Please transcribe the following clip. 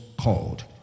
called